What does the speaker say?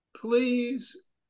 please